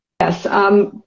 yes